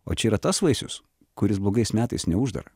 o čia yra tas vaisius kuris blogais metais neuždara